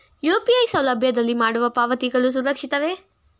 UPI ಸೌಲಭ್ಯದಲ್ಲಿ ಮಾಡುವ ಪಾವತಿಗಳು ಸುರಕ್ಷಿತವೇ?